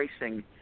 racing